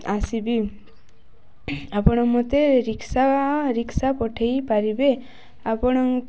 ଆସିବି ଆପଣ ମତେ ରିକ୍ସା ରିକ୍ସା ପଠେଇ ପାରିବେ ଆପଣ